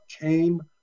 came